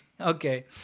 Okay